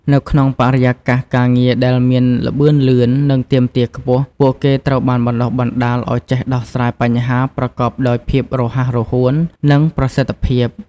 នៅក្នុងបរិយាកាសការងារដែលមានល្បឿនលឿន និងទាមទារខ្ពស់ ពួកគេត្រូវបានបណ្ដុះបណ្ដាលឱ្យចេះដោះស្រាយបញ្ហា ប្រកបដោយភាពរហ័សរហួន និងប្រសិទ្ធភាព។